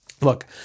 Look